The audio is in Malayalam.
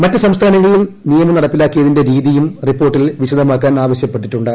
മറ്റ് സംസ്ഥാനങ്ങളിൽ നിയമം നടപ്പാക്കിയതിന്റെ രീതിയും റിപ്പോർട്ടിൽ വിശദമാക്കാൻ ആവശ്യപ്പെട്ടിട്ടുണ്ട്